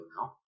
now